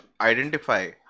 identify